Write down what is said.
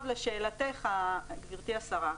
לשאלתך, גברתי השרה.